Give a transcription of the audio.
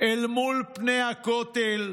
אל מול פני הכותל,